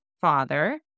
father